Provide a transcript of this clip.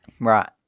Right